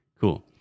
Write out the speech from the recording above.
Cool